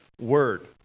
word